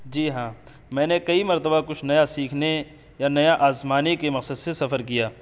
جی ہاں میں نے کئی مرتبہ کچھ نیا سیکھنے یا نیا آزمانے کے مقصد سے سفر کیا